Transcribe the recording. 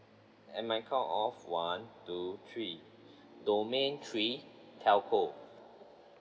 at my count of one two three domain three telco